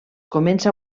comença